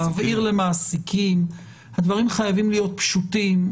להבהיר למעסיקים והדברים חייבים להיות פשוטים.